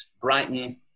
Brighton